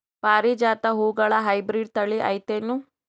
ಪಾರಿಜಾತ ಹೂವುಗಳ ಹೈಬ್ರಿಡ್ ಥಳಿ ಐತೇನು?